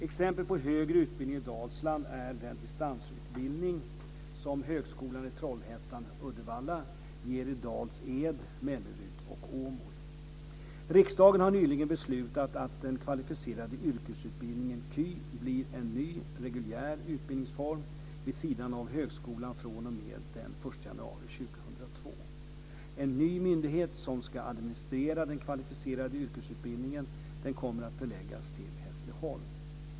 Exempel på högre utbildning i Dalsland är den distansutbildning som Riksdagen har nyligen beslutat att den kvalificerade yrkesutbildningen, KY, blir en ny, reguljär utbildningsform vid sidan av högskolan fr.o.m. den 1 januari 2002. En ny myndighet, som ska administrera den kvalificerade yrkesutbildningen, kommer att förläggas till Hässleholm.